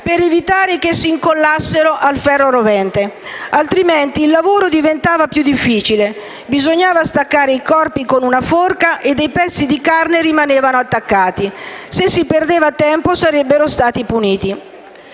per evitare che si incollassero al ferro incandescente, altrimenti il lavoro diventava ancora più difficile: bisognava staccare i corpi con una forca e dei pezzi di pelle rimanevano attaccati». Se perdevano tempo sarebbero stati puniti.